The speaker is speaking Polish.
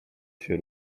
się